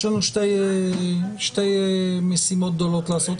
יש לנו שתי משימות גדולות לעשות.